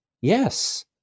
Yes